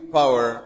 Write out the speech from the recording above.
power